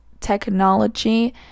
technology